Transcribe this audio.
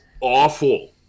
awful